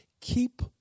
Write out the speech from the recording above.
keep